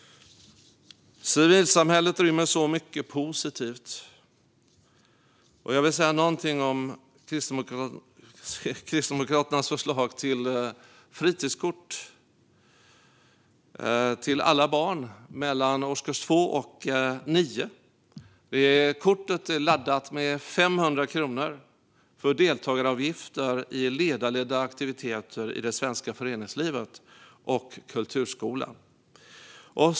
Civilsamhället rymmer så mycket positivt. Jag vill säga någonting om Kristdemokraternas förslag till fritidskort till alla barn mellan årskurs 2 och 9. Kortet är laddat med 500 kronor för deltagaravgifter i ledarledda aktiviteter i det svenska föreningslivet och kulturskolan.